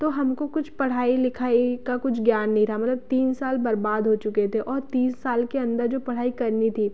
तो हमको कुछ पढ़ाई लिखाई का कुछ ज्ञान नहीं रहा मलब तीन साल बर्बाद हो चुके थे और तीस के अंदर जो पढ़ाई करनी थी